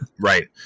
Right